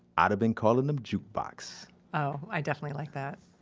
i'd have been calling him jukebox oh, i definitely like that